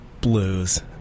blues